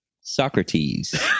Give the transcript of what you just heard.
Socrates